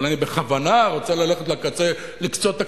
אבל אני בכוונה רוצה ללכת לקצה, לקצות הקצוות,